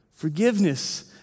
Forgiveness